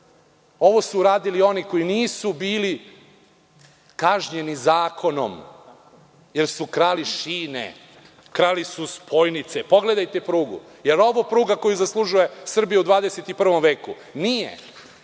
Ovo su uradili oni koji nisu bili kažnjeni zakonom jer su krali šine i spojnice. Pogledajte prugu. Da li je ovo pruga koju zaslužuje Srbija u 21. veku? Nije.